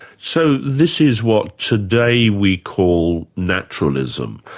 so this is what today we call naturalism.